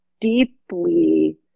deeply